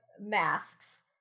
masks